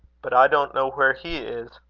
but i don't know where he is.